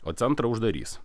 o centrą uždarys